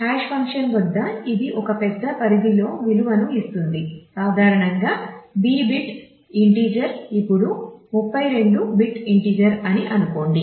hash function వద్ద ఇది ఒక పెద్ద పరిధిలో విలువను ఇస్తుంది సాధారణంగా B బిట్ ఇంటిజర్ ఇప్పుడు 32 బిట్ ఇంటిజర్ అని అనుకోండి